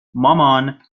مامان